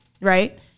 right